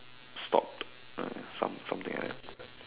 stopped uh some~ something like that